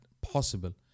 possible